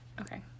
Okay